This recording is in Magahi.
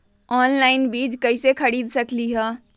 ऑनलाइन बीज कईसे खरीद सकली ह?